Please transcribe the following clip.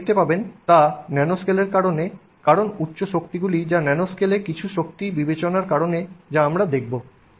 আপনি যা দেখতে পাবেন তা ন্যানোস্কেলের কারণে কারণ উচ্চ শক্তিগুলি যা ন্যানোস্কেলে কিছু শক্তি বিবেচনার কারণে যা আমরা দেখব